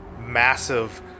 massive